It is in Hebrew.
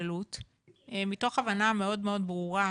קשה.